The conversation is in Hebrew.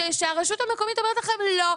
שהרשות המקומית אומרת לכם לא,